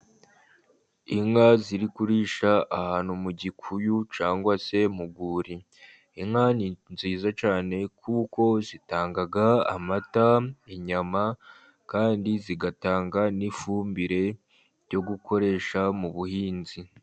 Inka ziri kurisha ahantu mu gikuyu cyangwa se mu rwuri. Inka ni nziza cyane kuko zitanga amata, inyama, kandi zigatanga n'ifumbire yo gukoresha mu buhinzi.